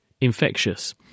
infectious